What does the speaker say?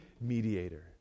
mediator